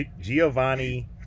Giovanni